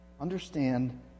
Understand